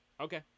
Okay